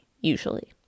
usually